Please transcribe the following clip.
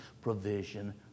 provision